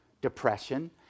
Depression